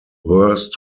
worst